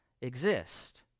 exist